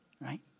right